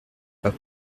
pas